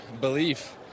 belief